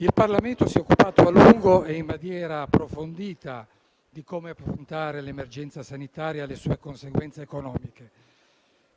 Il Parlamento si è occupato a lungo e in maniera approfondita di come affrontare l'emergenza sanitaria e le sue conseguenze economiche,